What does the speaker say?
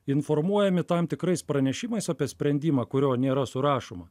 informuojami tam tikrais pranešimais apie sprendimą kurio nėra surašoma